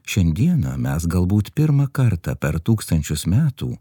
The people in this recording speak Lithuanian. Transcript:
šiandieną mes galbūt pirmą kartą per tūkstančius metų